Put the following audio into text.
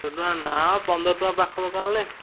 କୋଡ଼ିଏ ଟଙ୍କା ନା ପନ୍ଦର ଟଙ୍କା ପାଖ ଦୋକାନରେ